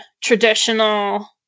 traditional